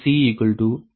440